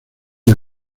the